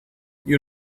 you